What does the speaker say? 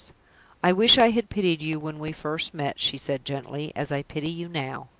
i wish i had pitied you when we first met, she said, gently, as i pity you now.